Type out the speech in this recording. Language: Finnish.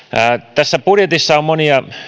tässä budjetissa on monia